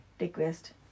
request